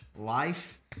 life